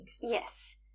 yes